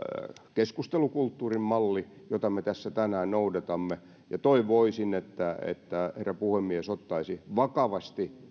keskustelukulttuurin malli jota me tässä tänään noudatamme ja toivoisin että että herra puhemies ottaisi vakavasti